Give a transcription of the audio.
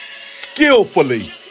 skillfully